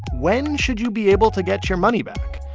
when should you be able to get your money back?